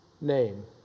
name